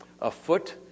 afoot